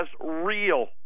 real